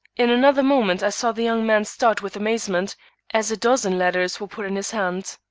in another moment i saw the young man start with amazement as a dozen letters were put in his hand.